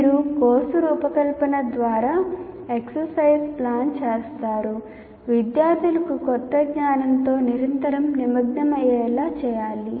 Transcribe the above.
మీరు కోర్సు రూపకల్పన ద్వారా EXERCISES ప్లాన్ చేస్తారు విద్యార్థులకు కొత్త జ్ఞానంతో నిరంతరం నిమగ్నం అయ్యేలా చేయాలి